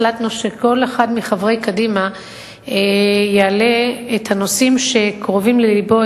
החלטנו שכל אחד מחברי קדימה יעלה את הנושאים שקרובים ללבו,